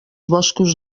boscos